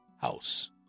house